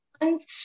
ones